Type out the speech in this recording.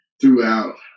throughout